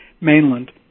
mainland